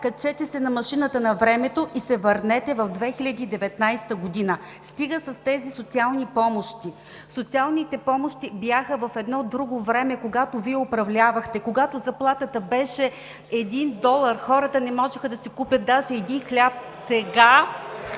качете се на машината на времето и се върнете в 2019 г.! Стига с тези социални помощи! Социалните помощи бяха в едно друго време, когато Вие управлявахте, когато заплатата беше един долар – хората не можеха да си купят даже един хляб. (Шум